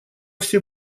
все